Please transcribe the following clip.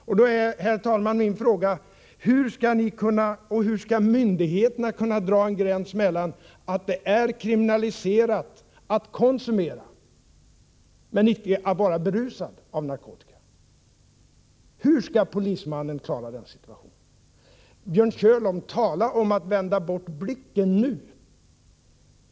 Då blir, herr talman, min fråga: Hur skall myndigheterna kunna dra en gräns om det blir kriminaliserat att konsumera men icke att vara berusad av narkotika? Hur skall polismannen klara den situationen? Björn Körlof talar om att ”vända bort blicken”.